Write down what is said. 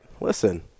Listen